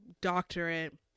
doctorate